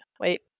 Wait